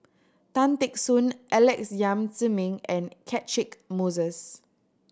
Tan Teck Soon Alex Yam Ziming and Catchick Moses